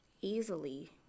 easily